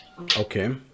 Okay